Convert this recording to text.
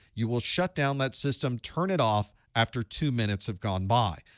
you will shut down that system, turn it off after two minutes have gone by.